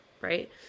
right